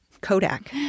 kodak